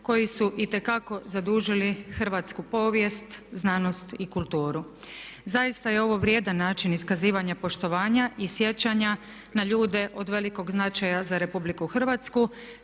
koji su itekako zadužili hrvatsku povijest, znanost i kulturu. Zaista je ovo vrijedan način iskazivanja poštovanja i sjećanja na ljude od velikog značaja za Republiku Hrvatsku.